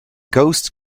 ghost